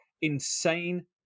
insane